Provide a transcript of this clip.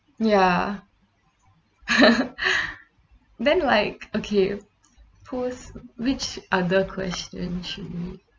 ya then like okay pause which other question should we